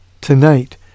tonight